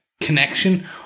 connection